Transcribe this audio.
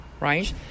right